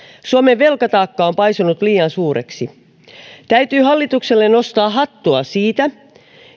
suomen velkataakka on paisunut liian suureksi täytyy hallitukselle nostaa hattua siitä